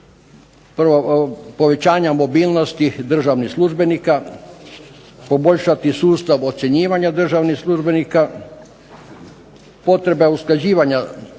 bile povećanje mobilnosti državnih službenika, poboljšati sustav ocjenjivanja državnih službenika, potreba usklađivanja